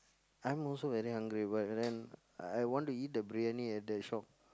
I'm also very hungry but then I want to eat the briyani at that shop